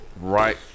right